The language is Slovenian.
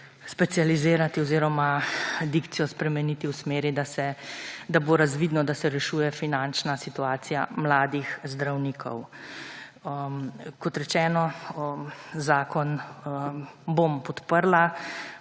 specializirati oziroma dikcijo spremeniti v smeri, da se, da bo razvidno, da se rešuje finančna situacija mladih zdravnikov. Kot rečeno, zakon bom podprla.